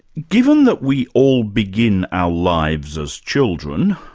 given that we all begin our lives as children,